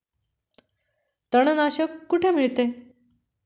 तणनाशक कुठे मिळते?